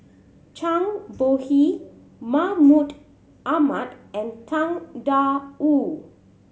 Zhang Bohe Mahmud Ahmad and Tang Da Wu